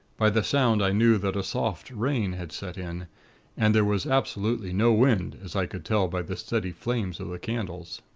by the sound, i knew that a soft rain had set in and there was absolutely no wind, as i could tell by the steady flames of the candles.